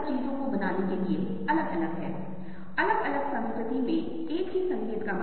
जब हम बाईं ओर से दाईं ओर देख रहे थे तो सबसे ऊंची छतरी कौन सी थी